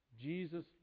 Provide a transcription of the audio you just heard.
Jesus